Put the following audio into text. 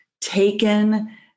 taken